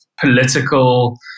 political